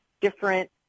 different